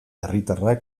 herritarrak